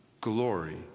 glory